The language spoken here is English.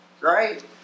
right